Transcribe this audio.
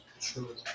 True